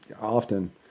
often